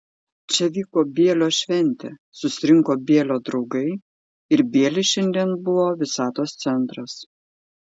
čia vyko bielio šventė susirinko bielio draugai ir bielis šiandien buvo visatos centras